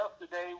yesterday